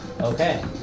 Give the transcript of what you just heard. Okay